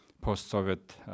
post-Soviet